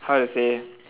how to say